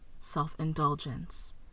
self-indulgence